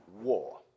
war